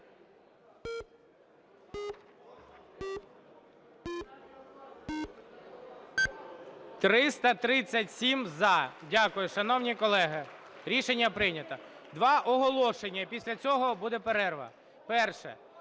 337 – за. Дякую, шановні колеги. Рішення прийнято. Два оголошення, і після цього буде перерва. Перше.